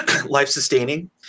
life-sustaining